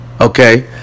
okay